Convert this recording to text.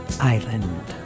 Island